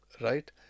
right